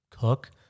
cook